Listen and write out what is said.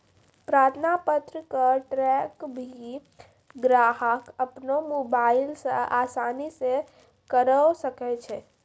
प्रार्थना पत्र क ट्रैक भी ग्राहक अपनो मोबाइल स आसानी स करअ सकै छै